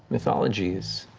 mythology is